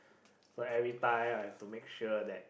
so every time I have to make sure that